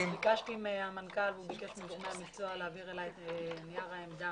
ביקשתי מהמנכ"ל והוא ביקש מגורמי המקצוע להעביר אלי את נייר העמדה